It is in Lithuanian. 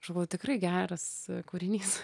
aš galvoju tikrai geras kūrinys